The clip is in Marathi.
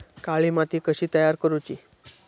काळी माती कशी तयार करूची?